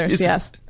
Yes